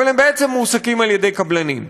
אבל הם בעצם מועסקים על-ידי קבלנים.